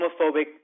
homophobic